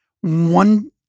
one